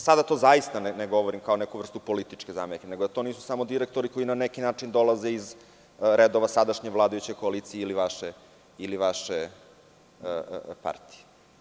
Sada to zaista ne govorim kao neku vrstu političke zamerke, nego to nisu samo direktori koji na neki način dolaze iz redova sadašnje vladajuće koalicije ili vaše partije.